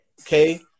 okay